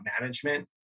management